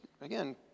again